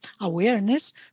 awareness